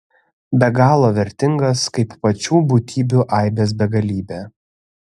be galo vertingas kaip pačių būtybių aibės begalybė